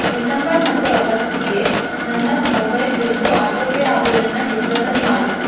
December ಮತ್ತು ಆಗಸ್ಟ್ಗೆ ನನ್ನ ಮೊಬೈಲ್ ಬಿಲ್ಲು ಆಟೋ ಪೇ ಆಗೋದನ್ನು ಡಿಸೇಬಲ್ ಮಾಡು